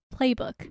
Playbook